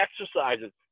exercises